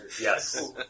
Yes